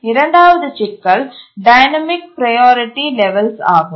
இரண்டாவது சிக்கல் dynamic priority லெவல்கள் ஆகும்